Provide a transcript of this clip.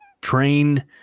train